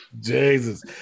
Jesus